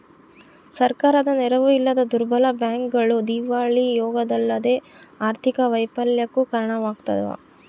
ಸರ್ಕಾರದ ನೆರವು ಇಲ್ಲದ ದುರ್ಬಲ ಬ್ಯಾಂಕ್ಗಳು ದಿವಾಳಿಯಾಗೋದಲ್ಲದೆ ಆರ್ಥಿಕ ವೈಫಲ್ಯಕ್ಕೆ ಕಾರಣವಾಗ್ತವ